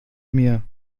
mir